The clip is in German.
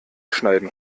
schneiden